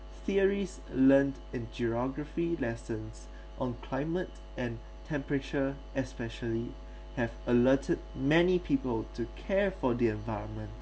theories learnt in geography lessons on climate and temperature especially have alerted many people to care for the environment